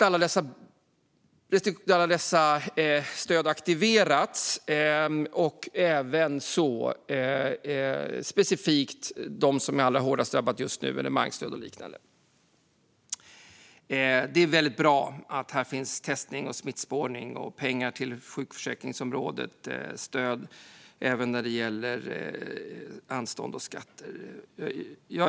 Alla dessa stöd aktiveras, även specifikt stöden till alla dem som är allra hårdast drabbade just nu. Det handlar om evenemangsstöd och liknande. Det är bra att här finns testning och smittspårning och pengar till sjukförsäkringsområdet samt stöd även när det gäller anstånd med skatt.